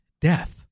death